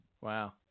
Wow